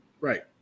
Right